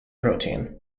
protein